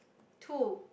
too